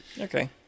Okay